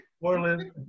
Portland